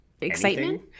excitement